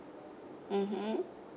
mmhmm